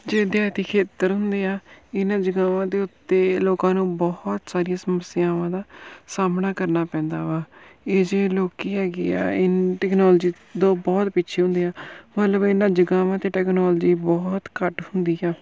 ਜਿਹੜੇ ਦਿਹਾਤੀ ਖੇਤਰ ਹੁੰਦੇ ਆ ਇਹਨਾਂ ਜਗ੍ਹਾਵਾਂ ਦੇ ਉੱਤੇ ਲੋਕਾਂ ਨੂੰ ਬਹੁਤ ਸਾਰੀਆਂ ਸਮੱਸਿਆਵਾਂ ਦਾ ਸਾਹਮਣਾ ਕਰਨਾ ਪੈਂਦਾ ਵਾ ਇਹ ਜਿਹੇ ਲੋਕ ਹੈਗੇ ਆ ਇਨ ਟੈਕਨੋਲਜੀ ਤੋਂ ਬਹੁਤ ਪਿੱਛੇ ਹੁੰਦੇ ਆ ਮਤਲਬ ਇਹਨਾਂ ਜਗ੍ਹਾਵਾਂ 'ਤੇ ਟੈਕਨੋਲਜੀ ਬਹੁਤ ਘੱਟ ਹੁੰਦੀ ਹਾ